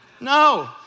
No